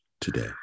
today